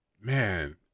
Man